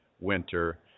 winter